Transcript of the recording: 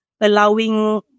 allowing